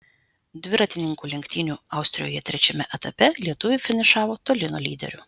dviratininkų lenktynių austrijoje trečiame etape lietuviai finišavo toli nuo lyderių